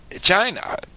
China